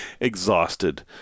exhausted